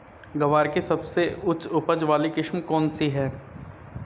ग्वार की सबसे उच्च उपज वाली किस्म कौनसी है?